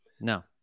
No